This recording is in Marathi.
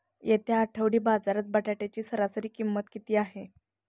येत्या आठवडी बाजारात बटाट्याची सरासरी किंमत किती आहे?